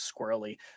squirrely